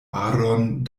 aron